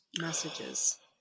messages